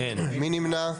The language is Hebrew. מי נמנע?